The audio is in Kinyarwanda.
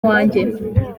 wanjye